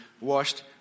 washed